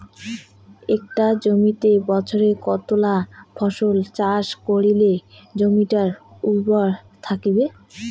একটা জমিত বছরে কতলা ফসল চাষ করিলে জমিটা উর্বর থাকিবে?